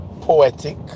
poetic